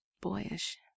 boyish